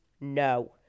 No